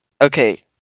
Okay